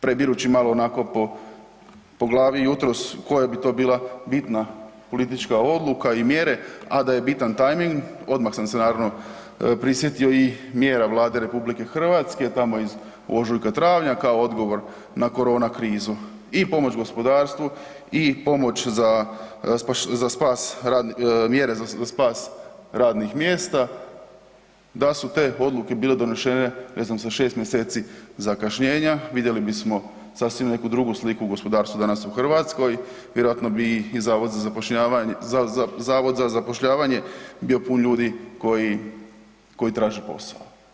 Prebirući malo onako po glavi jutros koja bi to bila bitna politička odluka i mjere, a da je bitan tajming odmah sam se naravno prisjetio i mjera Vlade RH tamo iz ožujka, travnja kao odgovor na korona krizu, i pomoć gospodarstvu i pomoć za spas, mjere za spas radnih mjesta da su te odluke bile donešene ne znam sa 6 mjeseci zakašnjenja vidjeli bismo sasvim neku drugu sliku gospodarstva danas u Hrvatskoj vjerojatno bi i zavod za zapošljavanje bio pun ljudi koji traže posao.